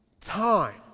time